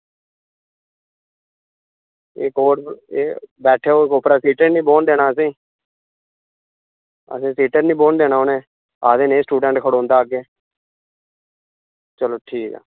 इक्क होर सीटा पर बैठनै दी देना असें ई असें ई सीटै पर निं बौह्न देना आक्खदे न स्टूडेंट खड़ोंदा अग्गें चलो ठीक ऐ